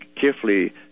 carefully